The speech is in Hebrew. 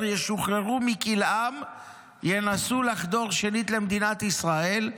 ישוחררו מכלאם ינסו לחדור שנית למדינת ישראל,